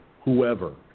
whoever